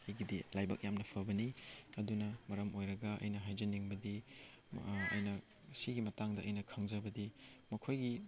ꯑꯩꯒꯤꯗꯤ ꯂꯥꯏꯕꯛ ꯌꯥꯝꯅ ꯐꯕꯅꯤ ꯑꯗꯨꯅ ꯃꯔꯝ ꯑꯣꯏꯔꯒ ꯑꯩꯅ ꯍꯥꯏꯖꯅꯤꯡꯕꯗꯤ ꯑꯩꯅ ꯃꯁꯤꯒꯤ ꯃꯇꯥꯡꯗ ꯑꯩꯅ ꯈꯪꯖꯕꯗꯤ ꯃꯈꯣꯏꯒꯤ